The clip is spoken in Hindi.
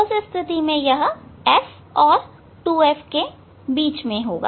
उस स्थिति में यह F और 2F के बीच होगा